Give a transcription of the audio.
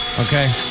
Okay